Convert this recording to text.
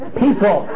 people